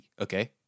okay